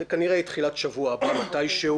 זה כנראה יהיה בתחילת שבוע הבא מתישהו,